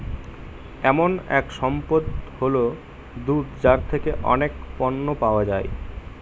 এমন এক সম্পদ হল দুধ যার থেকে অনেক পণ্য পাওয়া যায়